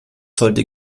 sollte